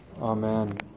Amen